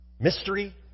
mystery